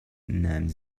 name